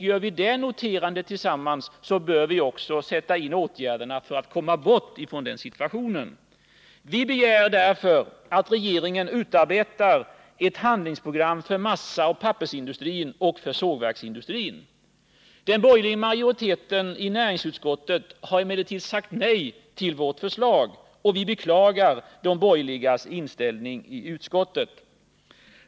Gör vi det noterandet tillsammans, så bör vi också sätta in åtgärder för att komma bort från den situationen. Vi begär därför att regeringen utarbetar ett handlingsprogram för massaoch pappersindustrin och för sågverksindustrin. Den borgerliga majoriteten i näringsutskottet har emellertid sagt nej till vårt förslag. Vi beklagar de borgerligas inställning i utskottet.